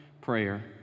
prayer